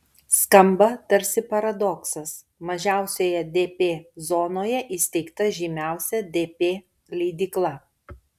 skamba tarsi paradoksas mažiausioje dp zonoje įsteigta žymiausia dp leidykla